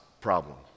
problem